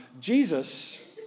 Jesus